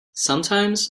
sometimes